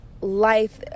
life